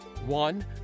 One